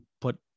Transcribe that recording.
put